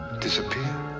disappear